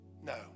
no